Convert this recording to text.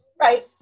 right